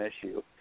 issue